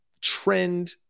trend